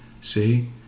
See